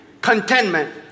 Contentment